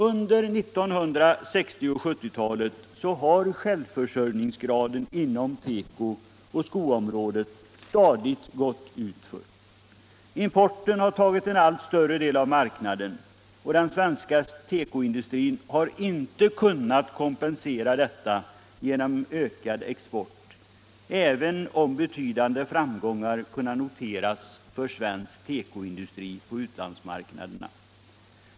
Under 1960 och 1970-talen har självförsörjningsgraden inom tekooch skoområdet stadigt gått utför. Importen har tagit en allt större del av marknaden. Den svenska tekoindustrin har inte kunnat kompensera detta genom ökad export även om betydande framgångar kunnat noteras för svensk tekoindustri på utlandsmarknaderna.